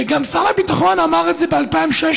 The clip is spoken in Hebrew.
גם שר הביטחון אמר את ב-2016,